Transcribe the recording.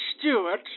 Stewart